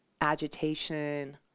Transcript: agitation